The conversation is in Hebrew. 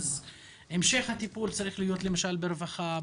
המשך הטיפול צריך להיות למשל ברווחה,